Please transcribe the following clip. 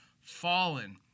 fallen